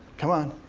come on.